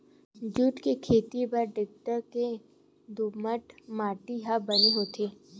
jute के खेती बर डेल्टा के दुमट माटी ह बने होथे